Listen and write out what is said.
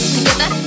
Together